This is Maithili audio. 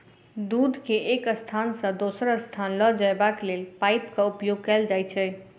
दूध के एक स्थान सॅ दोसर स्थान ल जयबाक लेल पाइपक उपयोग कयल जाइत छै